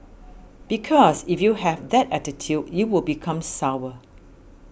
because if you have that attitude you will become sour